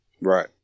right